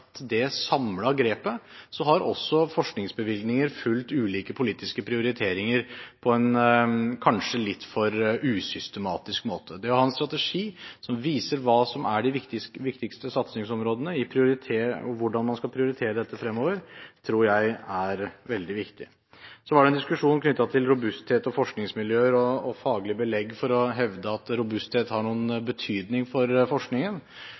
det samlede grepet, har også forskningsbevilgninger fulgt ulike politiske prioriteringer på en kanskje litt for usystematisk måte. Det å ha en strategi som viser hva som er de viktigste satsingsområdene, og hvordan man skal prioritere dette fremover, tror jeg er veldig viktig. Så var det en diskusjon knyttet til robusthet og forskningsmiljøer og faglig belegg for å hevde at robusthet har noen betydning for forskningen.